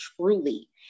truly